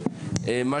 הוועדות.